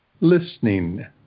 listening